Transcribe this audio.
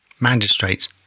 Magistrates